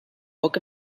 book